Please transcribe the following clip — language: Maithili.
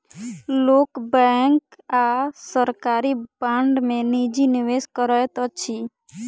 लोक बैंक आ सरकारी बांड में निजी निवेश करैत अछि